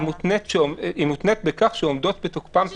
היא מותנית בכך שעומדות בתוקפן תקנות.